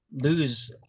Lose